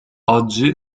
oggi